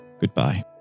goodbye